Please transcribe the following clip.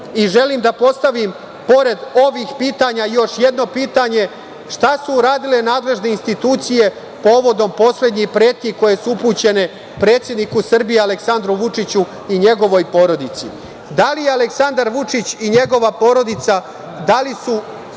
da postavim pored ovih pitanja još jedno pitanje. Šta su uradile nadležne institucije povodom poslednjih pretnji koje su upućene predsedniku Srbije Aleksandru Vučiću i njegovoj porodici? Da li su Aleksandar Vučić i njegova porodica ljudi